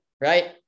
right